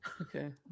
okay